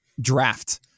draft